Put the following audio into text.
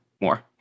more